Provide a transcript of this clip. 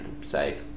say